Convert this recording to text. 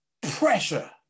pressure